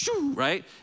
right